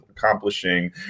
Accomplishing